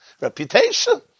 Reputation